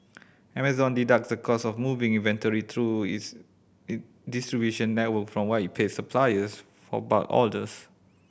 Amazon deduct the cost of moving inventory through its distribution network from what it pays suppliers for bulk orders